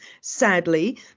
sadly